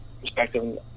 perspective